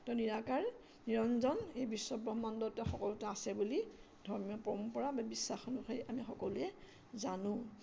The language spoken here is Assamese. তেওঁ নিৰাকাৰ নিৰঞ্জন এই বিশ্ব ব্ৰহ্মাণ্ডত সকলোতে আছে বুলি ধৰ্মীয় পৰম্পৰা বা বিশ্বাস অনুসায়ী আমি সকলোৱে জানো